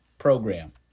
program